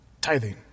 tithing